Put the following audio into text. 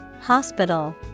hospital